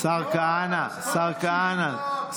השר כהנא, השר כהנא.